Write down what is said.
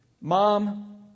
Mom